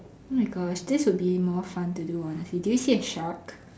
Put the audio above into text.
my gosh this would be more fun to do honestly do you see a shark